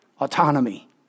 autonomy